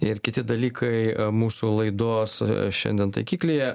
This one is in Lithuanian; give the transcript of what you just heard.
ir kiti dalykai mūsų laidos šiandien taikiklyje